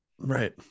Right